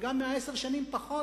וגם עשר השנים פחות,